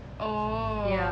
oh